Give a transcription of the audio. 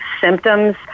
symptoms